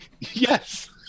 yes